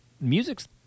music's